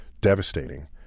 devastating